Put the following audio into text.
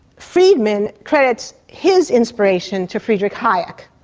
friedman credits his inspiration to friedrich hayek.